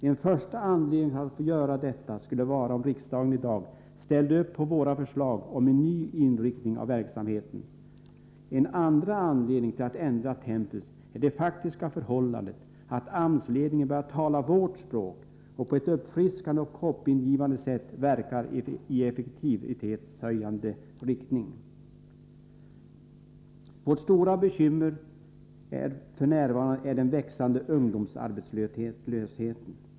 En första anledning till att få göra detta skulle ges om riksdagen i dag ställde sig bakom våra förslag om en ny inriktning av verksamheten. En andra anledning till ändrat tempus är det faktiska förhållandet att AMS-ledningen börjat tala vårt språk och på ett uppfriskande och hoppingivande sätt verkar i effektivitetshöjande riktning. Vårt stora bekymmer f. n. är den växande ungdomsarbetslösheten.